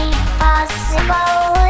impossible